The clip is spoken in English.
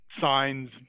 signs